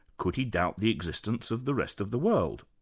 could he doubt the existence of the rest of the world?